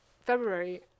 February